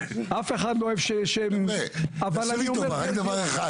אף אחד לא אוהב --- תעשו לי טובה, רק דבר אחד.